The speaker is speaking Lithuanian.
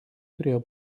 turėjo